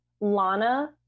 Lana